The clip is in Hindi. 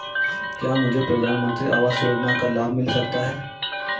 क्या मुझे प्रधानमंत्री आवास योजना का लाभ मिल सकता है?